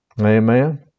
Amen